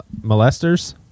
molesters